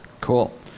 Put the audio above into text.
Cool